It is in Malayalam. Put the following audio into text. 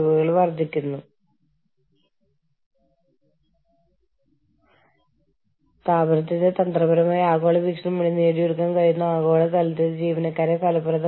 ജീവനക്കാരുടെ നിർബന്ധിത പങ്കാളിത്തത്തോടെ ഇവിടെ ഒരു സമ്മിശ്ര സംവിധാനമുണ്ടാകുന്നു പക്ഷേ ഒരു ഉപദേശക റോൾ മാത്രമാണ് ജീവനക്കാർക്ക് ഉള്ളത്